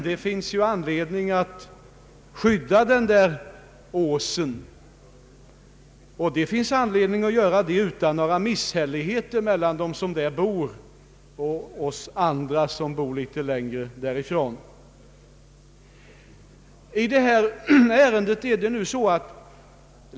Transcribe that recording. Det finns anledning att skydda Hallandsåsen och att söka göra det på sådant sätt att det inte behöver uppstå några misshälligheter mellan de människor som bor där och oss andra som bor litet längre därifrån.